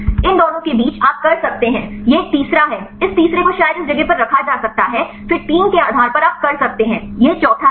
इन दोनों के बीच आप कर सकते है यह एक तीसरा है इस तीसरे को शायद इस जगह पर रखा जा सकता है फिर 3 के आधार पर आप कर सकते हैं यह चौथा है